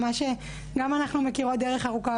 אנחנו מכירות דרך ארוכה,